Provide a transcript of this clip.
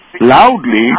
loudly